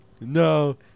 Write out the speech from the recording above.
No